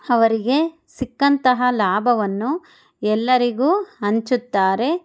ಅವರಿಗೆ ಸಿಕ್ಕಂತಹ ಲಾಭವನ್ನು ಎಲ್ಲರಿಗೂ ಹಂಚುತ್ತಾರೆ